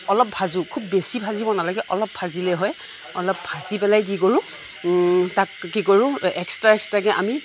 অলপ ভাজোঁ খুব বেছি ভাজিব নালাগে অলপ ভাজিলেই হয় অলপ ভাজি পেলাই কি কৰোঁ তাক কি কৰোঁ এক্সট্ৰা এক্সট্ৰাকৈ আমি